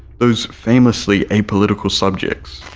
those famously apolitical subjects!